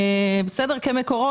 כמי